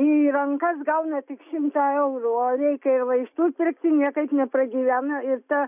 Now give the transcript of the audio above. į rankas gauna tik šimtą eurų o reikia ir vaistų pirkti niekaip nepragyvena ir ta